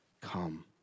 come